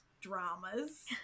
dramas